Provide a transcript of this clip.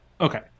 Okay